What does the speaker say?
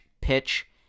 pitch